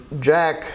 Jack